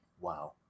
Wow